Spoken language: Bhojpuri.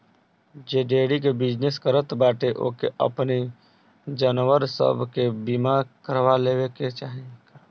जे डेयरी के बिजनेस करत बाटे ओके अपनी जानवर सब के बीमा करवा लेवे के चाही